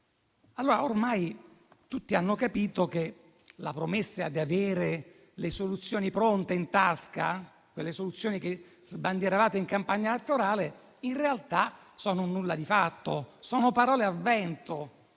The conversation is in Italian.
Ormai tutti hanno capito che la promessa di avere le soluzioni pronte in tasca, quelle che sbandieravate in campagna elettorale, in realtà è un nulla di fatto, sono parole al vento;